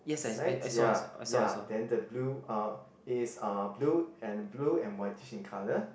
sides ya ya then the blue uh it is a blue and blue and whitish in colour